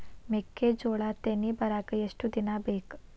ಮೆಕ್ಕೆಜೋಳಾ ತೆನಿ ಬರಾಕ್ ಎಷ್ಟ ದಿನ ಬೇಕ್?